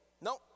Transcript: nope